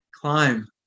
climb